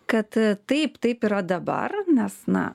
kad taip taip yra dabar nes na